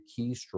keystroke